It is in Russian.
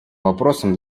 вопросом